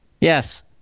Yes